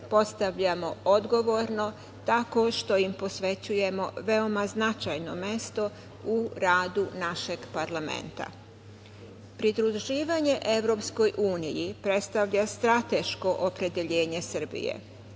postavljamo odgovorno, tako što im posvećujemo veoma značajno mesto u radu našeg parlamenta. Pridruživanje EU predstavlja strateško opredeljenje Srbije.